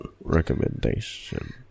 recommendation